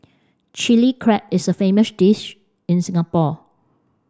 Chilli Crab is a famous dish in Singapore